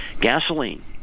Gasoline